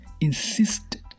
insisted